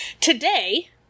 today